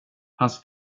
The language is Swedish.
hans